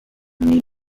die